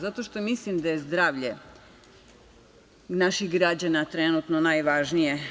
Zato što mislim da je zdravlje naših građana trenutno najvažnije.